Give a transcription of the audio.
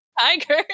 tiger